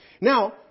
Now